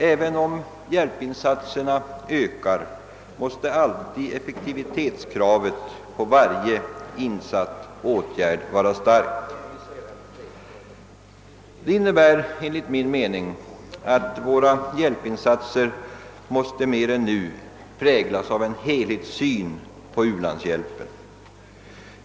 även om hjälpinsatserna ökar, måste alltid effektivitetskravet på varje insatt åtgärd vara starkt. Detta innebär enligt min mening att våra hjälpinsatser mer än nu måste präglas av en helhetssyn på u-landshjälpen.